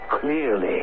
clearly